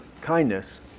kindness